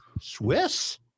Swiss